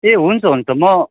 ए हुन्छ हुन्छ म